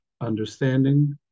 understanding